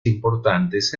importantes